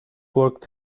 worked